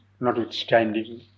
notwithstanding